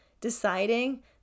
deciding